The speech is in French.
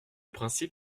principe